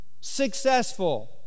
Successful